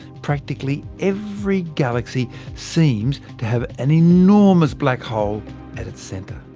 practically every galaxy seems to have an enormous black hole at its centre.